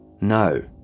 No